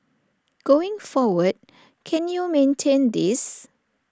going forward can you maintain this